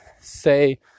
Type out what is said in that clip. say